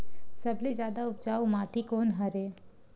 सबले जादा उपजाऊ माटी कोन हरे?